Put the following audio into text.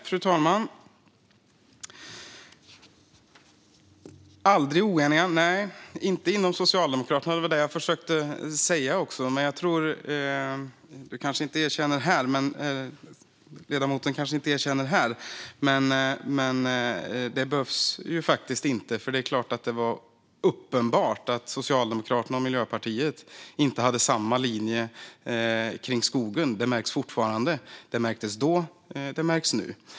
Fru talman! När det gäller att man inom Socialdemokraterna aldrig är oeniga försökte jag säga - ledamoten erkänner det kanske inte här, och det behövs inte - att det var uppenbart att Socialdemokraterna och Miljöpartiet inte hade samma linje i fråga om skogen. Det märks fortfarande. Det märktes då, och det märks nu.